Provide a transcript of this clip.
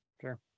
sure